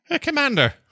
commander